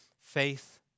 Faith